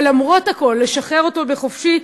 למרות הכול לשחרר אותו לחופשי,